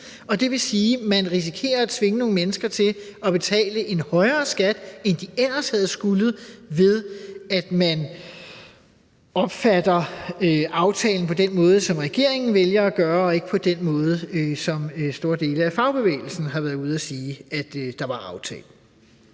det vil sige, at man risikerer at tvinge nogle mennesker til at betale en højere skat, end de ellers havde skullet, ved at man opfatter aftalen på den måde, som regeringen vælger at gøre, og ikke på den måde, som store dele af fagbevægelsen har været ude at sige det var aftalt.